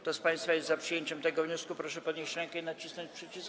Kto z państwa jest za przyjęciem tego wniosku, proszę podnieść rękę i nacisnąć przycisk.